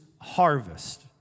harvest